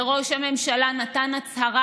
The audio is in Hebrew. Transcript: וראש הממשלה נתן הצהרה,